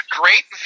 great